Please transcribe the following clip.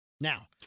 Now